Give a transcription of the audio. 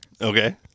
Okay